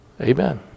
Amen